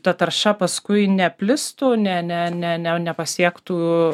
ta tarša paskui neplistų ne ne ne ne nepasiektų